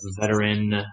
veteran